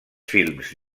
films